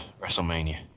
WrestleMania